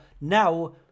now